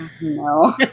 No